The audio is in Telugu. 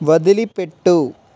వదిలిపెట్టు